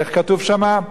איך כתוב שם?